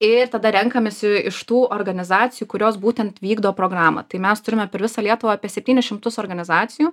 ir tada renkamės iš tų organizacijų kurios būtent vykdo programą tai mes turime per visą lietuvą apie septynis šimtus organizacijų